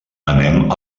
anem